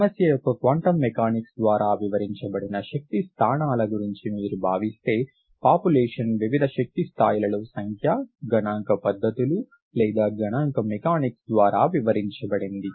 సమస్య యొక్క quantum mechanics ద్వారా వివరించబడిన శక్తి స్థానాల గురించి మీరు భావిస్తే పాపులేషన్ వివిధ శక్తి స్థాయిలలో సంఖ్య గణాంక పద్ధతులు లేదా గణాంక మెకానిక్స్ ద్వారా వివరించబడింది